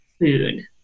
food